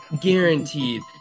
guaranteed